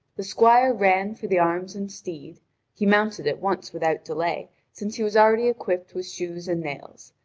the squire ran for the arms and steed he mounted at once without delay, since he was already equipped with shoes and nails.